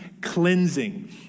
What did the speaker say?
cleansing